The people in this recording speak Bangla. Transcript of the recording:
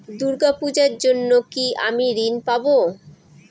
দূর্গা পূজার জন্য কি আমি ঋণ পাবো?